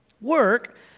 Work